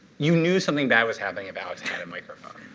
you knew something bad was happening if alex had a microphone,